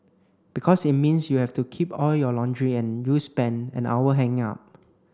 because it means you have to keep all your laundry and you spent an hour hanging up